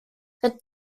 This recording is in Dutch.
het